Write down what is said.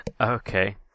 Okay